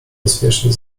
pospiesznie